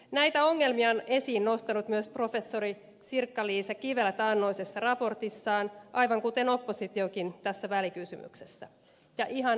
näitä ongelmia on nostanut esiin niin professori sirkka liisa kivelä taannoisessa raportissaan kuin oppositiokin tässä välikysymyksessä ja ihan aiheellisesti